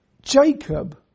Jacob